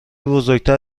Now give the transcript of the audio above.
بزرگتر